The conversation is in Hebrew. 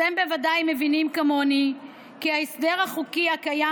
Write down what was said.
אתם בוודאי מבינים כמוני כי ההסדר החוקי הקיים